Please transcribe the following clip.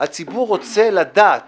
הציבור רוצה לדעת